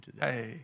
Hey